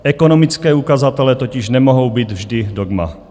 Ekonomické ukazatele totiž nemohou být vždy dogma.